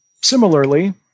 Similarly